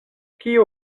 kio